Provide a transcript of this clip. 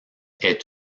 est